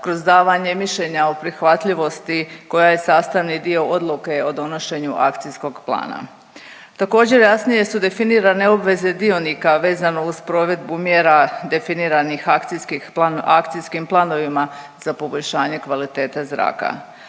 kroz davanje mišljenja o prihvatljivosti koja je sastavni dio odluke o donošenju akcijskog plana. Također jasnije su definirane obveze dionika vezano uz provedbu mjera definiranih akcijskih, akcijskim planovima za poboljšanje kvalitete zraka.